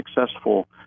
successful